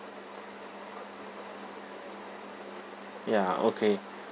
ya okay